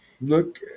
Look